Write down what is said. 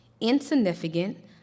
insignificant